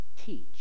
teach